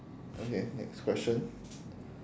okay next question